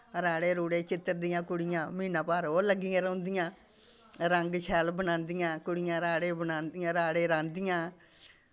राड़े रुड़े चित्तर दियां कुड़ियां म्हीना भर ओह् लग्गियां रोह्नदियां रंग शैल बनांदियां कुड़ियां राड़े बनांदियां राड़े राह्ंदियां